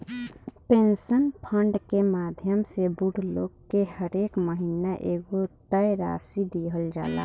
pension fund के माध्यम से बूढ़ लोग के हरेक महीना एगो तय राशि दीहल जाला